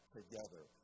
together